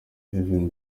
kevin